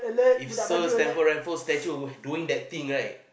if Sir Stamford Raffles statue doing that thing right